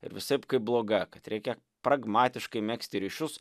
ir visaip kaip bloga kad reikia pragmatiškai megzti ryšius